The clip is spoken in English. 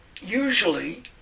usually